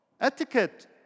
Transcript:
etiquette